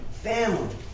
family